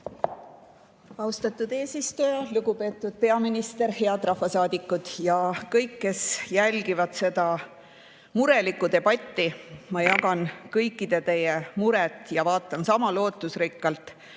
Austatud eesistuja! Lugupeetud peaminister! Head rahvasaadikud ja kõik, kes jälgivad seda murelikku debatti! Ma jagan kõikide teie muret ja vaatan sama lootusrikkalt